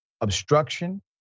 obstruction